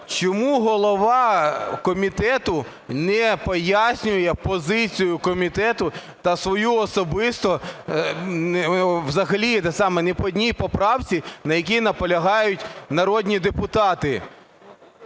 чому голова комітету не пояснює позицію комітету та свою особисту взагалі ні по одній поправці, на якій наполягають народні депутати?